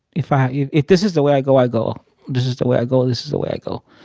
if i if if this is the way i go, i go. if this is the way i go, this is the way i go,